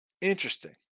Interesting